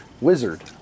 Wizard